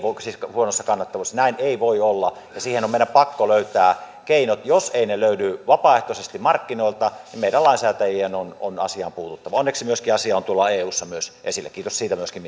huonossa kannattavuudessa näin ei voi olla ja siihen on on meidän pakko löytää keinot jos ne eivät löydy vapaaehtoisesti markkinoilta niin meidän lainsäätäjien on on asiaan puututtava onneksi asia on myöskin tuolla eussa esillä kiitos myöskin